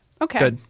Okay